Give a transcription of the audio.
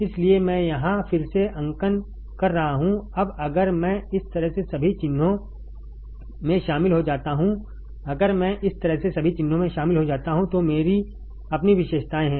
इसलिए मैं यहां फिर से अंकन कर रहा हूं अब अगर मैं इस तरह से सभी चिह्नों में शामिल हो जाता हूं अगर मैं इस तरह से सभी चिह्नों में शामिल हो जाता हूं तो मेरी अपनी विशेषताएं हैं